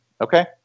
okay